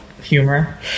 humor